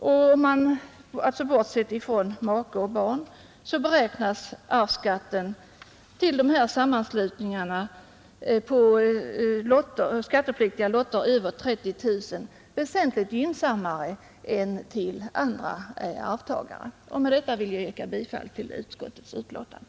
Bortsett från vad som gäller för make och barn beräknas alltså arvsskatten på skattepliktiga lotter över 30 000 kronor för de här sammanslutningarna på ett väsentligt gynnsam mare sätt än för andra arvtagare. Med detta vill jag yrka bifall till utskottets hemställan.